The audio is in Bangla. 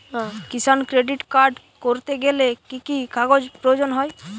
কিষান ক্রেডিট কার্ড করতে গেলে কি কি কাগজ প্রয়োজন হয়?